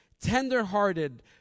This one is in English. tender-hearted